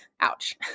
Ouch